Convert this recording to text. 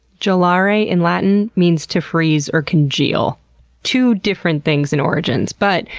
gelare, in latin, means to freeze or congeal two different things and origins. but,